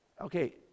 Okay